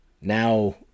Now